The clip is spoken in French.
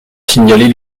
signaler